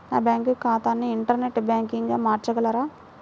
నా బ్యాంక్ ఖాతాని ఇంటర్నెట్ బ్యాంకింగ్గా మార్చగలరా?